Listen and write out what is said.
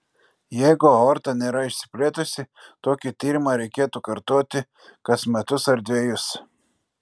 jeigu aorta nėra išsiplėtusi tokį tyrimą reikėtų kartoti kas metus ar dvejus